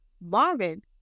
marvin